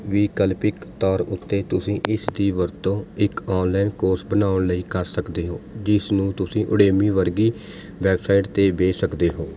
ਵਿਕਲਪਿਕ ਤੌਰ ਉੱਤੇ ਤੁਸੀਂ ਇਸ ਦੀ ਵਰਤੋਂ ਇੱਕ ਔਨਲਾਈਨ ਕੋਰਸ ਬਣਾਉਣ ਲਈ ਕਰ ਸਕਦੇ ਹੋ ਜਿਸ ਨੂੰ ਤੁਸੀ ਉਡੇਮੀ ਵਰਗੀ ਵੈੱਬਸਾਈਟ 'ਤੇ ਵੇਚ ਸਕਦੇ ਹੋ